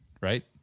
right